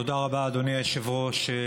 תודה רבה, אדוני היושב-ראש.